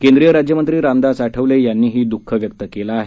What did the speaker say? केंद्रिय राज्यमंत्री रामदास आठवले यांनीही दुःख व्यक्त केलं आहे